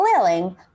flailing